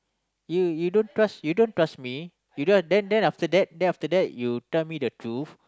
you you don't trust you don't trust me you don't then then after that then after that you tell me the truth